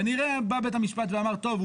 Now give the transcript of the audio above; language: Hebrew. כנראה בא בית המשפט ואמר: טוב,